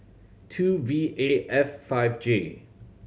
two V A F five J